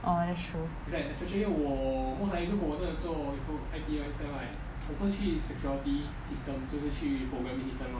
orh that's true